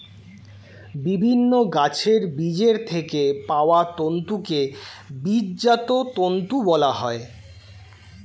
বিভিন্ন গাছের বীজের থেকে পাওয়া তন্তুকে বীজজাত তন্তু বলা হয়